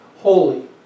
Holy